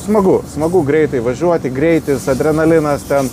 smagu smagu greitai važiuoti greitis adrenalinas ten